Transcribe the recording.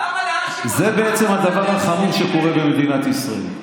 זה בעצם הדבר החמור שקורה במדינת ישראל.